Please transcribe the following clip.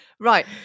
Right